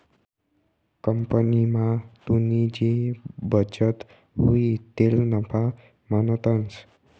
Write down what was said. कंपनीमा तुनी जी बचत हुई तिले नफा म्हणतंस